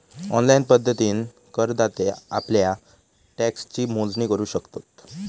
online पद्धतीन करदाते आप्ल्या टॅक्सची मोजणी करू शकतत